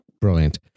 Brilliant